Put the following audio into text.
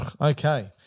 Okay